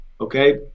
okay